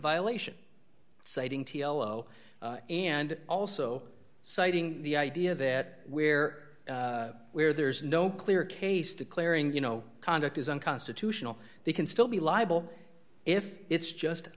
violation citing t l o and also citing the idea that where where there is no clear case declaring you know conduct is unconstitutional they can still be liable if it's just